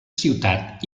ciutat